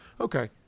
Okay